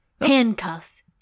handcuffs